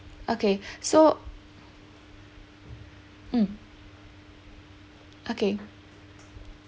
okay so mm okay